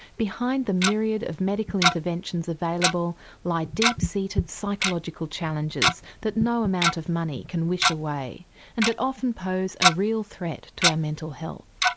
behind the myriad of medical interventions available lie deep-seated psychological challenges that no amount of money can wish away and that often pose a real threat to our mental health.